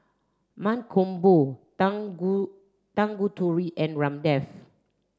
Mankombu Tangu Tanguturi and Ramdev